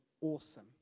awesome